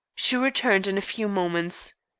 she returned in a few moments.